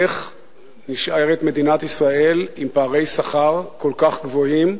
איך נשארת מדינת ישראל עם פערי שכר כל כך גבוהים,